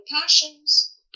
passions